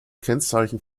kennzeichen